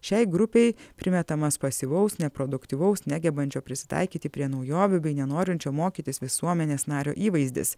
šiai grupei primetamas pasyvaus neproduktyvaus negebančio prisitaikyti prie naujovių bei nenorinčio mokytis visuomenės nario įvaizdis